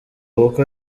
kuko